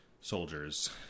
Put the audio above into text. soldiers